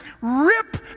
rip